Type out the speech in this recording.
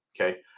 okay